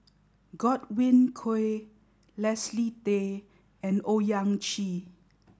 Godwin Koay Leslie Tay and Owyang Chi